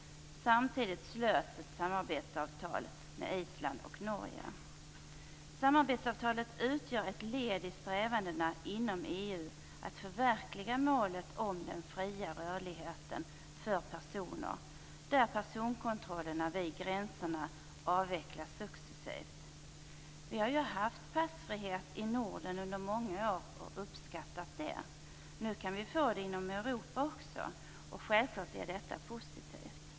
Samtidigt slöts ett samarbetsavtal med Island och Norge. Samarbetsavtalet utgör ett led i strävandena inom EU att förverkliga målet om den fria rörligheten för personer, där personkontrollerna vid gränserna avvecklas successivt. Vi har ju haft passfrihet i Norden under många år och uppskattat det. Nu kan vi få det inom Europa också. Självklart är detta positivt.